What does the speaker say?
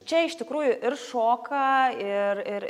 čia iš tikrųjų ir šoka ir ir